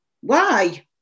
Why